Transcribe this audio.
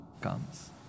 comes